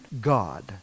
God